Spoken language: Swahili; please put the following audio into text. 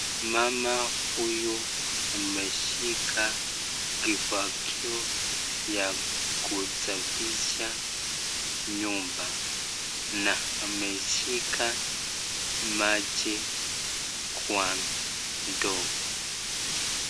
Mama huyu ameshika kifagio ya kusafisha nyumba na ameshika maji kwa ndoo.